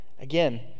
Again